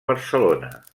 barcelona